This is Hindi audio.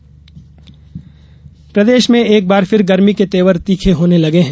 मौसम प्रदेश में एक बार फिर गर्मी के तेवर तीखे होने लगे हैं